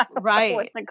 Right